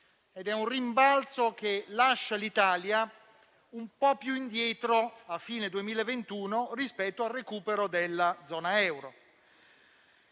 ed è un rimbalzo che lascia l'Italia un po' più indietro, a fine 2021, rispetto al recupero della zona euro.